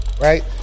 right